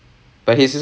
so so